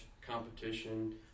competition